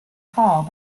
hall